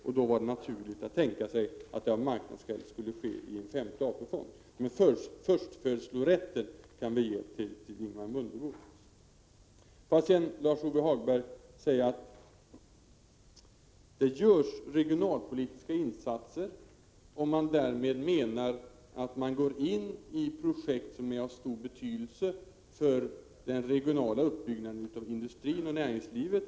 Det var därför naturligt att tänka sig att de fortsatta placeringarna skulle kunna ske i en femte AP-fond. Men förstfödslorätten, den kan vi ge till Ingemar Mundebo. Till Lars-Ove Hagberg vill jag säga att det görs regionalpolitiska insatser om man därmed menar att fonderna går in i projekt av stor betydelse för den regionala uppbyggnaden av industrin och näringslivet.